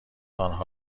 آنها